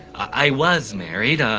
i was married, ah